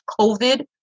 COVID